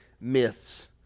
myths